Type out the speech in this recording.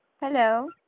Hello